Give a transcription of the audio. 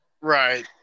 Right